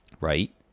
right